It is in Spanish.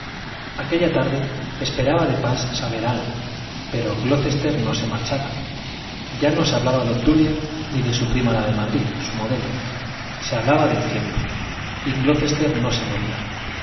aquella tarde esperaba de pas saber algo pero glocester no se marchaba ya no se hablaba de obdulia ni de su prima la de madrid su modelo se hablaba del tiempo y glocester no se movía